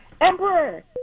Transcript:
Emperor